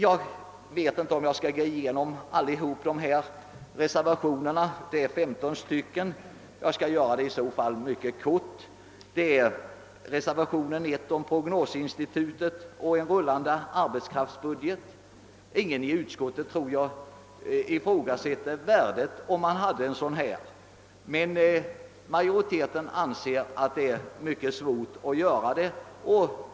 Jag vet inte om jag skall gå igenom alla reservationerna, men jag skall göra det mycket kort. Reservationen 1 gäller ett prognosinstitut och en rullande arbetskraftsbudget. Jag tror inte att någon i utskottet ifrågasätter värdet av att ha en sådan. Men majoriteten anser att det är mycket svårt att få en sådan.